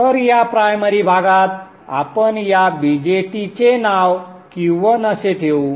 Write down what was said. तर या प्रायमरी भागात आपण या BJT चे नाव Q1 असे ठेवू